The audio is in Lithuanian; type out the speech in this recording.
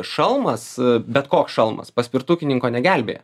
šalmas bet koks šalmas paspirtukininko negelbėja